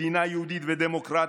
מדינה "יהודית ודמוקרטית",